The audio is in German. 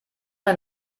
ein